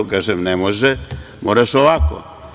Ja kažem - ne može, moraš ovako.